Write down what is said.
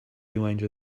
lounge